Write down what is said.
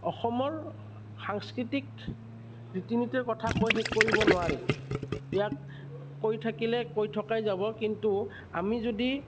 অসমৰ সাংস্কৃতিক ৰীতি নীতিৰ কথা কৈ শেষ কৰিব নোৱাৰি ইয়াক কৈ থাকিলে কৈ থকাই যাব কিন্তু আমি যদি